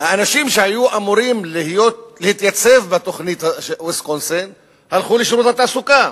האנשים שהיו אמורים להתייצב בתוכנית ויסקונסין הלכו לשירות התעסוקה.